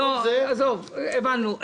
עזוב, הבנו.